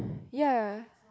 ya